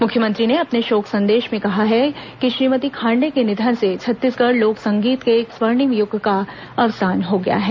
मुख्यमंत्री ने अपने शोक संदेश में कहा है कि श्रीमती खांडे के निधन से छत्तीसगढ़ी लोक संगीत के एक स्वर्णिम युग का अवसान हो गया है